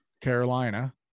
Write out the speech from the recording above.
Carolina